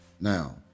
Now